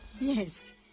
Yes